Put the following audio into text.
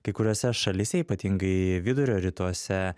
kai kuriose šalyse ypatingai vidurio rytuose